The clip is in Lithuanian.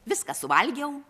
viską suvalgiau